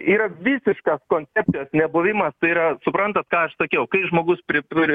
yra visiškas koncepcijos nebuvimas tai yra suprantat ką aš sakiau kai žmogus pri pri